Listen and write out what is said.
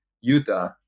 Utah